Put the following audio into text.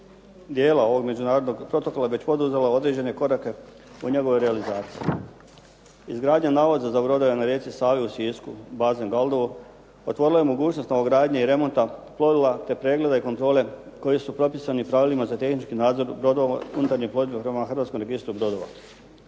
dijela ovog međunarodnog protokola već poduzela određene korake u njegovoj realizaciji. Izgradnja navoza za brodove na rijeci Savi u Sisku bazen Galdovo otvorila je mogućnost novogradnje i remonta plovila te preglede i kontrole koji su propisani pravilima za tehnički nadzor brodova unutarnje plovidbe u Hrvatskom registru brodova.